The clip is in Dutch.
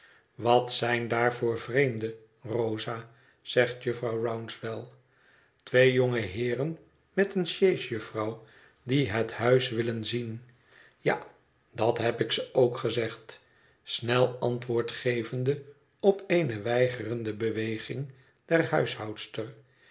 wat zijn daar voor vreemden rosa zegt jufvrouw rouncewell twee jonge heeren met eene sjees jufvrouw die het huis willen zien ja dat heb ik ze ook gezegd snel antwoord gevende op eene weigerende beweging der